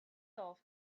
golf